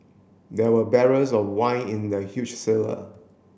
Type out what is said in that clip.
there were barrels of wine in the huge cellar